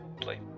play